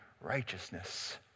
righteousness